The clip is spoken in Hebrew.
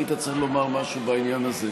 היית צריך לומר משהו בעניין הזה.